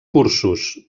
cursos